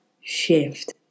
shift